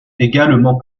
également